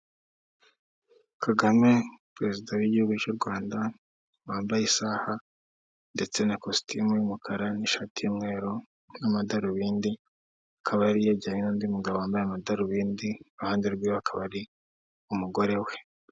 Kagame, perezida w'igihugu cy'u Rwanda wambaye isaha ndetse n' ikositimu y'umukara n'ishati yumweru n'amadarubindi akaba yari yajyanye n'undi mugabo wambaye amadarubindi iruhande rwe akaba ari umugore we.